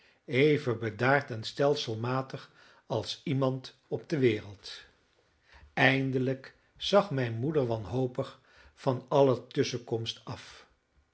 even bedaard en stelselmatig als iemand op de wereld eindelijk zag mijne moeder wanhopig van alle tusschenkomst af